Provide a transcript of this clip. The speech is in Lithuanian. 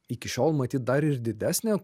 iki šiol matyt dar ir didesnė